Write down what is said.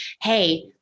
hey